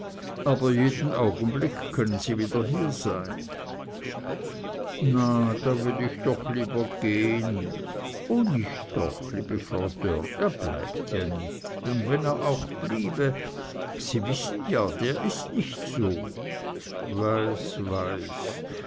aber jeden augenblick können sie wieder hier sein na da will ich doch lieber gehn o nich doch liebe frau dörr er bleibt ja nich und wenn er auch bliebe sie wissen ja der is nicht so weiß weiß